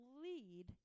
lead